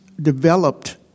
developed